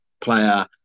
player